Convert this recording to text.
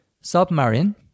Submarine